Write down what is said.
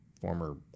former